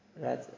Right